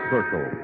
Circle